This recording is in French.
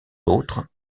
l’autre